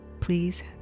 Please